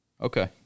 Okay